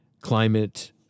climate